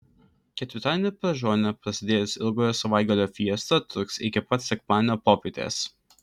ketvirtadienį per žolinę prasidėjusi ilgojo savaitgalio fiesta truks iki pat sekmadienio popietės